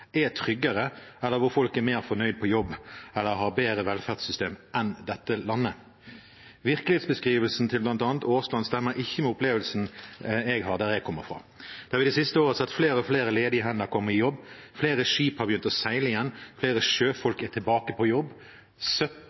er tryggere, hvor folk er mer fornøyd på jobb eller har et bedre velferdssystem enn dette landet. Virkelighetsbeskrivelsen til bl.a. representanten Aasland stemmer ikke med opplevelsen jeg har der jeg kommer fra, der vi det siste året har sett flere og flere ledige hender komme i jobb, flere skip har begynt å seile igjen, flere sjøfolk er tilbake på jobb.